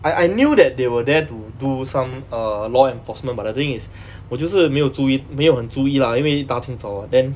I I knew that they were there to do some uh law enforcement but the thing is 我就是没有注意没有很注意 lah 因为一大清早 then